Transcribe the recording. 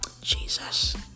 Jesus